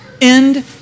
end